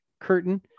curtain